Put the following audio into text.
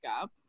up